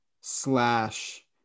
slash